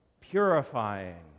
Purifying